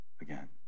again